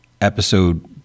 episode